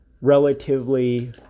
relatively